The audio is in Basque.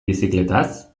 bizikletaz